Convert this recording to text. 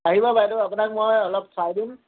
আহিব বাইদেউ আপোনাক মই অলপ চাই দিম